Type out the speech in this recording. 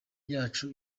yacu